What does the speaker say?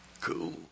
Cool